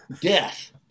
death